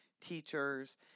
teachers